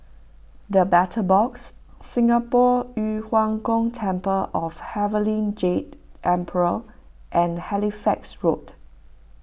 the Battle Box Singapore Yu Huang Gong Temple of Heavenly Jade Emperor and Halifax Road